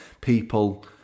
people